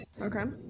Okay